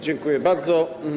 Dziękuję bardzo.